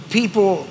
people